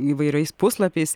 įvairiais puslapiais